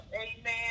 Amen